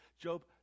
Job